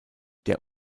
der